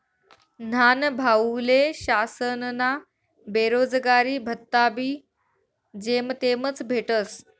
न्हानभाऊले शासनना बेरोजगारी भत्ताबी जेमतेमच भेटस